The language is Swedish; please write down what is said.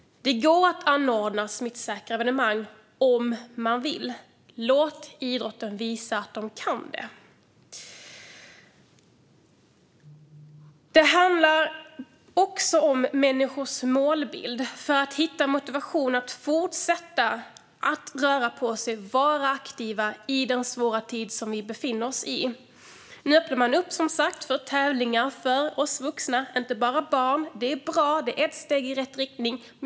Det går att anordna smittsäkra evenemang om man vill. Låt idrotten visa att den kan det! Det handlar också om människors målbild för att hitta motivation att fortsätta att röra på sig och vara aktiva i den svåra tid som vi befinner oss i. Nu öppnar man som sagt upp för tävlingar för oss vuxna - inte bara för barn. Detta är bra; det är ett steg i rätt riktning.